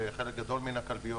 בחלק גדול מן הכלביות,